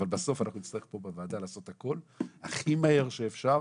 אבל בסוף אנחנו נצטרך פה בוועדה לעשות הכול הכי מהר שאפשר